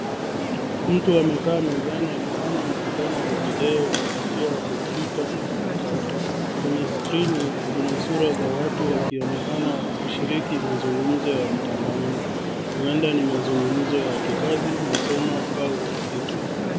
Mtu amekaa mezani akifanya mkutano wa video kupitia kwa komputa mpakato. Kwenye skrini Kuna sura za watu wakionekana kushiriki mazungumzo ya mtandaoni .Huenda ni mazungumzo ya kikazi ,masomo au urafiki.